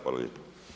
Hvala lijepa.